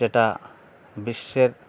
যেটা বিশ্বের